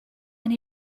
and